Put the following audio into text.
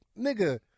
Nigga